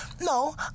No